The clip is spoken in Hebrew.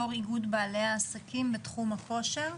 יו"ר איגוד בעלי העסקים בתחום הכושר.